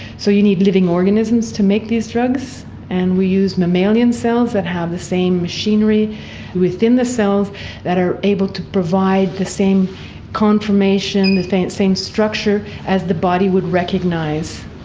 so you need living organisms to make these drugs, and we use mammalian cells that have the same machinery within the cells that are able to provide the same confirmation, the same same structure as the body would recognise.